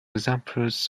examples